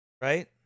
right